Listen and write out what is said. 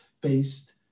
based